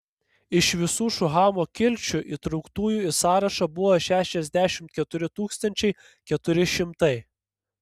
iš visų šuhamo kilčių įtrauktųjų į sąrašą buvo šešiasdešimt keturi tūkstančiai keturi šimtai